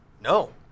No